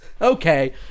Okay